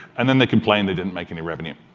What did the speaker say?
and then they complain they didn't make any revenue.